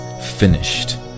finished